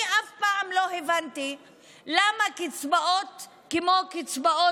אני אף פעם לא הבנתי למה קצבאות כמו קצבאות